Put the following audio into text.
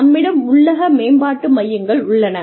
நம்மிடம் உள்ள மேம்பாட்டு மையங்கள் உள்ளன